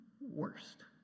worst